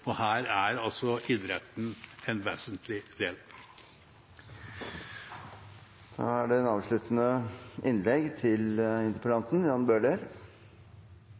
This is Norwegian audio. Og her er altså idretten en vesentlig del. Jeg takker for gode innlegg